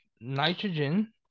nitrogen